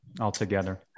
Altogether